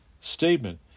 statement